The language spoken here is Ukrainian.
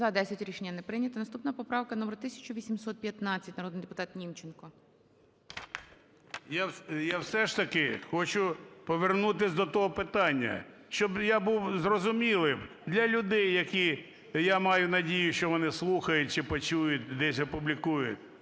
За-10 Рішення не прийнято. Наступна поправка номер 1815. Народний депутат Німченко. 17:21:19 НІМЧЕНКО В.І. Я все ж таки хочу повернутися до того питання, щоб я був зрозумілим для людей, які, я маю надію, що вони слухають чи почують, десь опублікують,